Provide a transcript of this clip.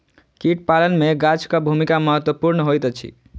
कीट पालन मे गाछक भूमिका महत्वपूर्ण होइत अछि